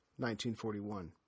1941